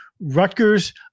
Rutgers